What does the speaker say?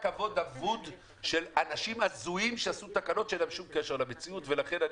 שלום לכולם,